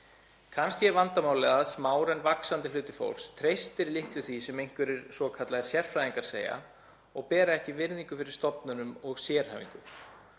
Kannski er vandamálið að smár en vaxandi hluti fólks treystir litlu því sem einhverjir svokallaðir sérfræðingar segja og bera ekki virðingu fyrir stofnunum og sérhæfingu